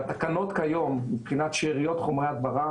שהתקנות כיום מבחינת שאריות חומרי הדברה,